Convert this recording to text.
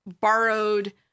borrowed